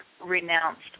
renounced